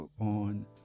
on